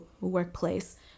workplace